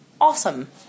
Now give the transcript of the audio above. awesome